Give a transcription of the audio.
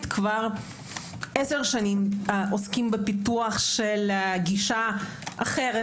כבר עשר שנים עוסקים בפיתוח של גישה אחרת,